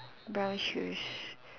brown shoes